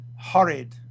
horrid